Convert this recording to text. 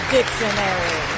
Dictionary